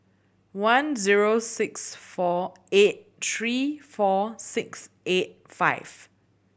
one zero six four eight three four six eight five